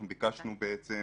אנחנו ביקשנו בעצם